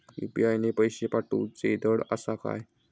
UPI ने पैशे पाठवूचे धड आसा काय?